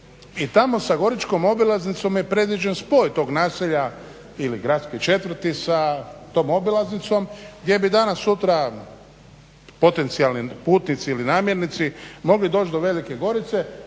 i tamo sa goričkom obilaznicom je predviđen spoj tog naselja ili gradske četvrti sa tom obilaznicom, gdje bi danas sutra potencijalni putnici ili namjernici mogli doći do Velike Gorice.